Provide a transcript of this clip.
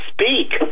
speak